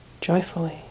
joyfully